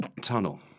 tunnel